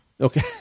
Okay